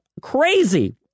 crazy